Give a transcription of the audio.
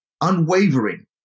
unwavering